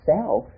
self